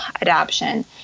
adoption